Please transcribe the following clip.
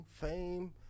fame